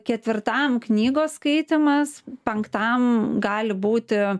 ketvirtam knygos skaitymas penktam gali būti